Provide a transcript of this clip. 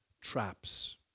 traps